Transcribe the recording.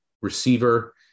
receiver